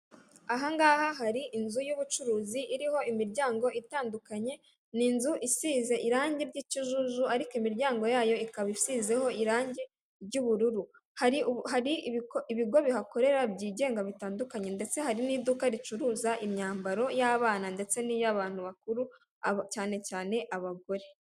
Ahangaha hari inzu y'ubucuruzi iriho imiryango itandukanye, ni inzu isize irange ry'ikijuju ariko imiryango yayo ikaba isizeho irangi ry'ubururu. Hari ibigo bihakorera byigenga bitandukanye ndetse hari n'iduka ricuruza imyambaro y'abana ndetse n'iy'abantu bakuru cyane cyane abagore.